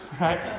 Right